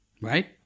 Right